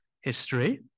history